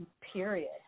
period